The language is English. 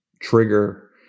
trigger